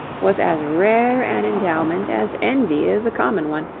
was as rare an endowment as envy is common one,